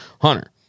Hunter